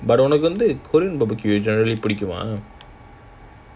but உனக்கு வந்து:unakku vandhu korean barbecue generally பிடிக்குமா:pidikkumaa